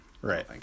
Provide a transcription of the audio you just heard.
Right